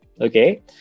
Okay